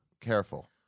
careful